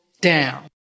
down